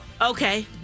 Okay